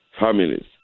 families